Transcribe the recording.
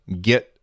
get